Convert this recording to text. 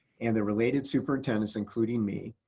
and the related superintendents, including me,